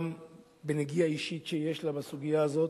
גם בנגיעה אישית שיש לה בסוגיה הזאת,